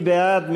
מי בעד?